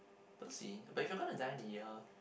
we'll see but if you're gonna die in a year